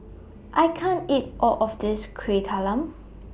I can't eat All of This Kuih Talam